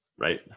right